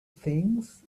things